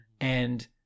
And-